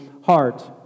heart